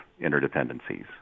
interdependencies